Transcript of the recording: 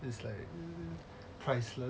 it's like priceless